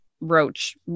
roach